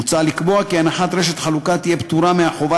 מוצע לקבוע כי הנחת רשת חלוקה תהיה פטורה מהחובה